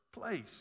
place